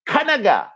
Kanaga